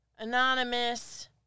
Anonymous